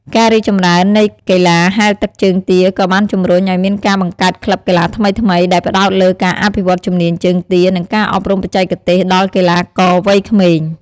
ការរីកចម្រើននៃកីឡាហែលទឹកជើងទាក៏បានជម្រុញឲ្យមានការបង្កើតក្លឹបកីឡាថ្មីៗ ដែលផ្តោតលើការអភិវឌ្ឍជំនាញជើងទា និងការអប់រំបច្ចេកទេសដល់កីឡាករវ័យក្មេង។